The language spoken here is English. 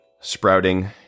sprouting